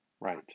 Right